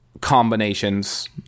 combinations